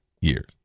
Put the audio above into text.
years